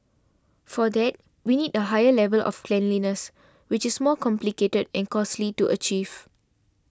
for that we need a higher level of cleanliness which is more complicated and costly to achieve